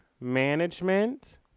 management